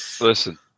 Listen